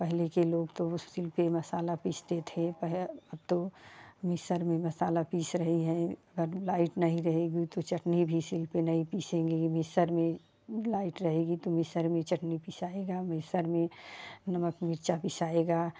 पहले के लोग तो बस सिल पर मसाला पीसते थे पहर अब तो मिक्सर में मसाला पीस रहीं हैं लाइट नहीं रहेगी तो चटनी भी सिल पर नहीं पीसेंगी मिक्सर में लाइट रहेगी तो मिक्सर में चटनी पीसेंगे मिक्सर में नमक मिर्चा पीसेंगे